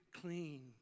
clean